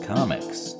Comics